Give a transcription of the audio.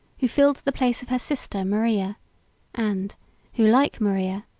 who filled the place of her sister maria and who, like maria,